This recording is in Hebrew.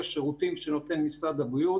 השירותים שנותן משרד הבריאות